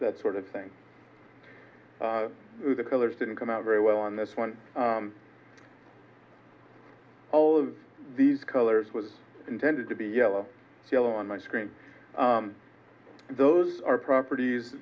that sort of thing the colors didn't come out very well on this one all of these colors was intended to be yellow yellow on my screen those are properties